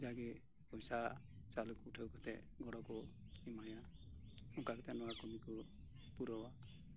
ᱡᱟᱜᱮ ᱯᱚᱭᱥᱟ ᱪᱟᱣᱞᱮ ᱠᱚ ᱩᱴᱷᱟᱹᱣ ᱠᱟᱛᱮ ᱜᱚᱲᱚ ᱠᱚ ᱮᱢᱟᱭᱟ ᱚᱱᱠᱟ ᱠᱟᱛᱮ ᱱᱚᱶᱟ ᱠᱟᱹᱢᱤ ᱠᱚ ᱯᱩᱨᱟᱹᱣᱟ